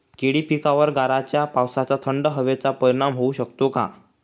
केळी पिकावर गाराच्या पावसाचा, थंड हवेचा परिणाम होऊ शकतो का?